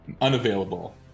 unavailable